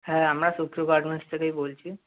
হ্যাঁ আমরা সুপ্রিয় গার্মেন্টস থেকেই বলছি